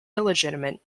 illegitimate